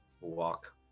Walk